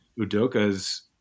Udoka's